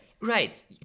right